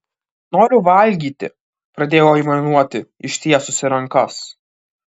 noriu valgyti pradėjau aimanuoti ištiesusi rankas